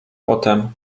potem